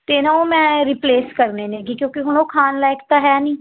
ਅਤੇ ਨਾ ਉਹ ਮੈਂ ਰਿਪਲੇਸ ਕਰਨੇ ਨੇ ਗੇ ਕਿਉਂਕਿ ਹੁਣ ਉਹ ਖਾਣ ਲਾਇਕ ਤਾਂ ਹੈ ਨਹੀਂ